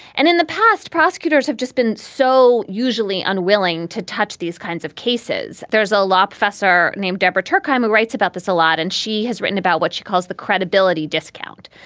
and in the past, prosecutors have just been so usually unwilling to touch these kinds of cases. there's a law professor named debora turkheimer writes about this a lot, and she has written about what she calls the credibility discount,